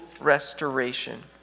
restoration